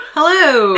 Hello